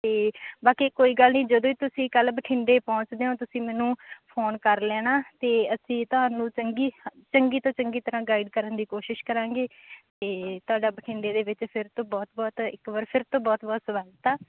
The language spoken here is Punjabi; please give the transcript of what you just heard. ਅਤੇ ਬਾਕੀ ਕੋਈ ਗੱਲ ਨਹੀਂ ਜਦੋਂ ਤੁਸੀਂ ਕੱਲ੍ਹ ਬਠਿੰਡੇ ਪਹੁੰਚਦੇ ਹੋ ਤੁਸੀਂ ਮੈਨੂੰ ਫੋਨ ਕਰ ਲੈਣਾ ਅਤੇ ਅਸੀਂ ਤੁਹਾਨੂੰ ਚੰਗੀ ਚੰਗੀ ਤੋਂ ਚੰਗੀ ਤਰ੍ਹਾਂ ਗਾਈਡ ਕਰਨ ਦੀ ਕੋਸ਼ਿਸ਼ ਕਰਾਂਗੇ ਅਤੇ ਤੁਹਾਡਾ ਬਠਿੰਡੇ ਦੇ ਵਿੱਚ ਫਿਰ ਤੋਂ ਬਹੁਤ ਬਹੁਤ ਇੱਕ ਵਾਰ ਫਿਰ ਤੋਂ ਬਹੁਤ ਬਹੁਤ ਸਵਾਗਤ ਆ